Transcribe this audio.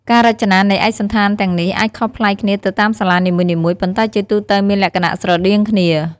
ការរចនានៃឯកសណ្ឋានទាំងនេះអាចខុសប្លែកគ្នាទៅតាមសាលានីមួយៗ ប៉ុន្តែជាទូទៅមានលក្ខណៈស្រដៀងគ្នា។